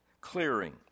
Clearing